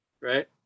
right